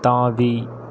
தாவி